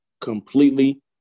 completely